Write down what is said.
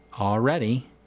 already